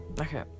Okay